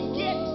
get